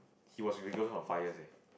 he was with his girlfriend for five years eh